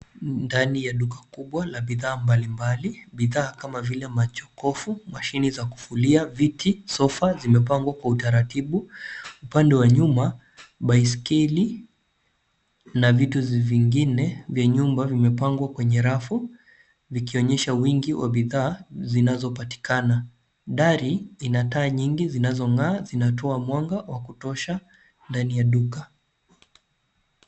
Ndani ya duka kubwa la bidhaa mbali mbali. Bidhaa kama vile machokofu, mashine za kuvulia, viti, sofa zimepangwa kwa utaratifu. Pande wa nyuma biskeli na vitu vingine vya nyumba imepangwa kwenye rafu, vikionyesha vingi vya bidhaa zinazo patikana. Dari ina taa nyingi zinazongaa sinatoa mwanga wa kutosha ndani ya duka.